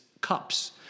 cups